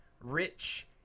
rich